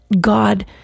God